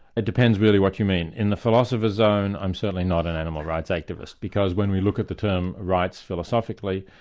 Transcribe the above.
it depends really what you mean. in the philosopher's zone i'm certainly not an animal rights activist, because when you look at the term rights philosophically,